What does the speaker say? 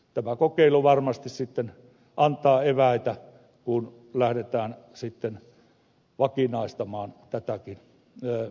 tämä kokeilu varmasti sitten antaa eväitä kun lähdetään vakinaistamaan tätäkin ne